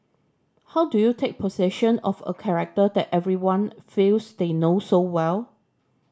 how do you take possession of a character that everyone feels they know so well